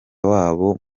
wabo